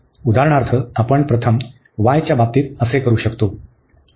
उदाहरणार्थ आपण प्रथम y च्या बाबतीत असे करू शकतो